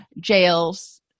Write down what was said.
jails